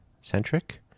centric